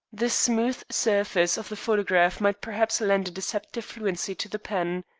the smooth surface of the photograph might perhaps lend a deceptive fluency to the pen.